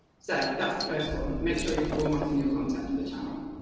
so that's the first one, make sure you are formatting your content for the channel.